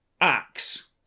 axe